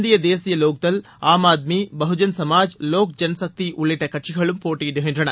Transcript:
இந்திய தேசிய லோக்தள் ஆம்ஆத்மி பகுஜன் சமாஜ் லோக் ஜனசக்தி உள்ளிட்ட கட்சிகளும் போட்டியிடுகின்றன